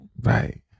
Right